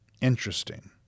Interesting